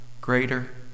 greater